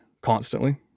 constantly